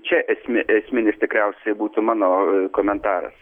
čia esmė esminis tikriausiai būtų mano komentaras